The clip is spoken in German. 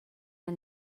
der